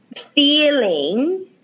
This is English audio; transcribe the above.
feeling